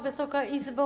Wysoka Izbo!